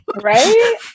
right